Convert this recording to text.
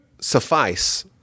suffice